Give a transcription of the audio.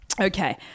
Okay